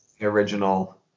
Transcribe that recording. original